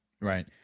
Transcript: Right